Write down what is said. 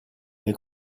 nel